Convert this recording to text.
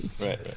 right